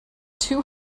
two